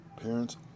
parents